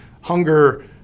hunger